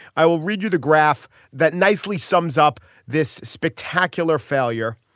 i will read you the graph that nicely sums up this spectacular failure.